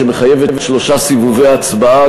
שמחייבת שלושה סיבובי הצבעה,